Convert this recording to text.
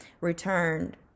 returned